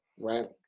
right